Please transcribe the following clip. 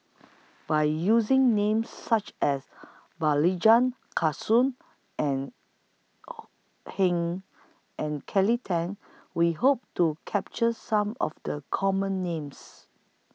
By using Names such as Kastu and Heng and Kelly Tang We Hope to capture Some of The Common Names